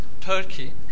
Turkey